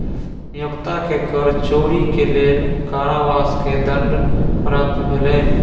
नियोक्ता के कर चोरी के लेल कारावास के दंड प्राप्त भेलैन